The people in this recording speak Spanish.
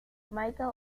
michael